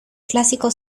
clásico